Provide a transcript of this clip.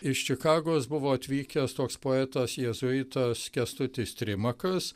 iš čikagos buvo atvykęs toks poetas jėzuitas kęstutis trimakas